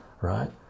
right